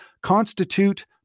constitute